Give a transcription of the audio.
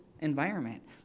environment